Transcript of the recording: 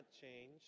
change